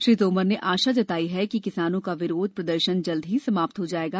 श्री तोमर ने आशा व्यक्त की है कि किसानों का विरोध प्रदर्शन जल्द ही समाप्त हो जाएगा